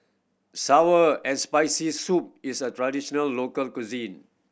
sour and Spicy Soup is a traditional local cuisine